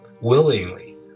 willingly